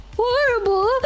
horrible